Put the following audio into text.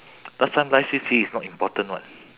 last time life C_C_A is not important [what]